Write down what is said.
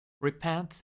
Repent